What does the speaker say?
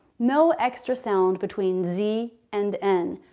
no extra sound between z and n.